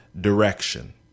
direction